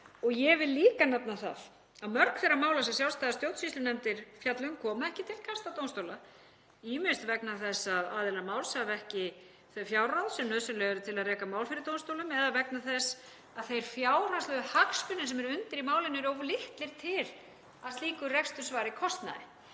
Ég vil líka nefna það að mörg þeirra mála sem sjálfstæðar stjórnsýslunefndir fjalla um koma ekki til kasta dómstóla, ýmist vegna þess að aðilar máls hafa ekki þau fjárráð sem nauðsynleg eru til að reka mál fyrir dómstólum eða vegna þess að þeir fjárhagslegu hagsmunir sem eru undir í málinu eru of litlir til að slíkur rekstur svari kostnaði.